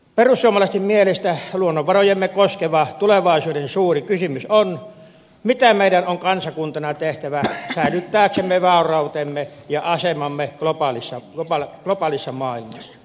perussuomalaisten mielestä luonnonvarojamme koskeva tulevaisuuden suuri kysymys on mitä meidän on kansakuntana tehtävä säilyttääksemme vaurautemme ja asemamme globaalissa maailmassa